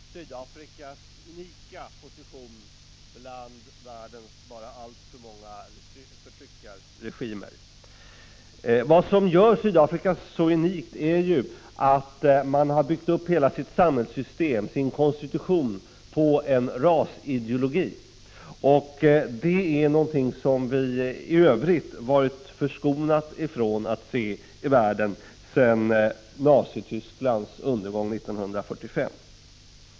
Herr talman! Många har redan i denna debatt intygat Sydafrikas unika position bland världens alltför många förtryckarregimer. Vad som gör Sydafrika unikt är att man byggt upp hela sitt samhällssystem, sin konstitution, på en rasideologi. Det är någonting som vi i övrigt varit förskonade ifrån att se i världen sedan Nazitysklands undergång 1945.